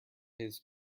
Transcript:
his